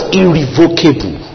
irrevocable